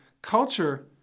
Culture